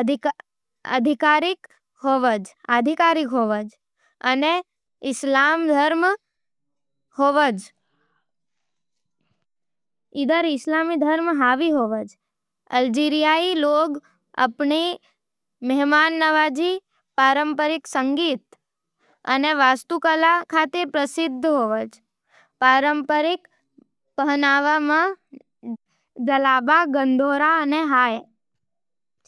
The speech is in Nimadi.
आधिकारिक होवे, अने इस्लाम धर्म हावी होवज। अल्जीरियाई लोग अपन मेहमाननवाजी, पारंपरिक संगीत राय म्यूजिक अने वास्तुकला खातर प्रसिद्ध होवे। पारंपरिक पहनावा में जलाबा, गंधौरा अने हाय।